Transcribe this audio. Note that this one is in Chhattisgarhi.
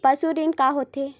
पशु ऋण का होथे?